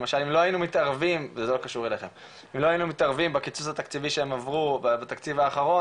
למשל אם לא היינו מתערבים בקיצוץ התקציבי שהם עברו בתקציב האחרון,